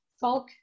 Folk